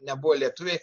nebuvo lietuviai